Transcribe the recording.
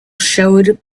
showed